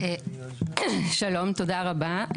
שלום, תודה רבה.